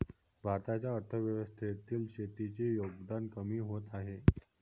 भारताच्या अर्थव्यवस्थेतील शेतीचे योगदान कमी होत आहे